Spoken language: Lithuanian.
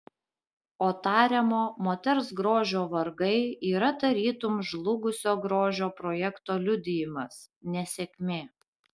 o tariamo moters grožio vargai yra tarytum žlugusio grožio projekto liudijimas nesėkmė